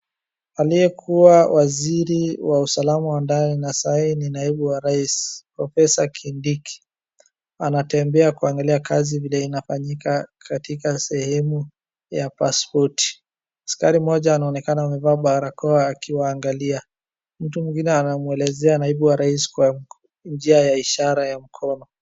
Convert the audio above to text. Aliyekuwa waziri wa usalama wa ndani na sahii ni naibu wa raisa [cs[professor Kindiki anatembea kuangalia kazi vile inafanyika katika sehemu ya paspoti. Askari mmoja anaonekana amevaa barakoa akiwaaangalia. Mtu mwingine anamwelezea naibu rais kwa njia ya ishara ya mkono.